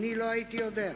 לא הייתי יודע,